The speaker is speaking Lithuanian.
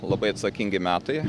labai atsakingi metai